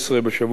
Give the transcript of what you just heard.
בשבוע הבא.